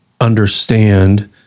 understand